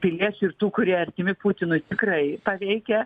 piliečių ir tų kurie artimi putinui tikrai paveikia